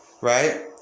right